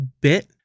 bit